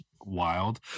wild